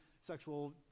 sexual